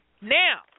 Now